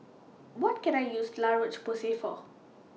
What Can I use La Roche Porsay For